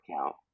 account